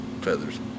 feathers